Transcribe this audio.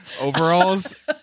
overalls